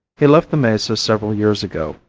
he left the mesa several years ago,